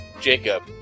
Jacob